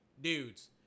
dudes